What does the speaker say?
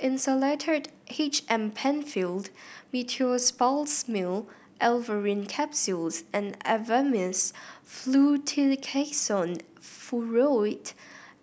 Insulatard H M Penfilled Meteospasmyl Alverine Capsules and Avamys Fluticasone Furoate